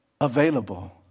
available